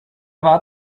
war